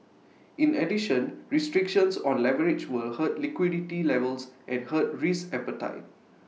in addition restrictions on leverage will hurt liquidity levels and hurt risk appetite